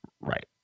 Right